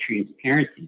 transparency